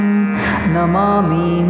Namami